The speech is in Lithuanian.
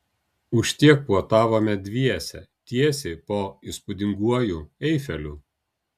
už tiek puotavome dviese tiesiai po įspūdinguoju eifeliu